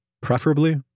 preferably